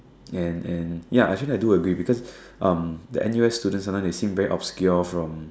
and and ya actually I do agree because um the N_U_S students sometimes they seem very obscure from